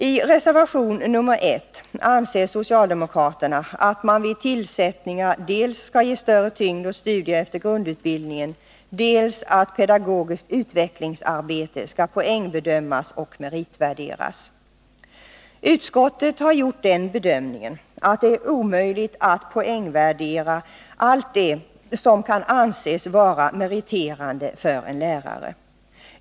I reservation 1 vid utbildningsutskottets betänkande 38 anser socialdemokraterna dels att man vid tillsättningar skall ge större tyngd åt studier efter grundutbildningen, dels att pedagogiskt utvecklingsarbete skall poängbedömas och meritvärderas. Utskottet har gjort den bedömningen att det är omöjligt att poängvärdera allt som kan anses vara meriterande för en lärare.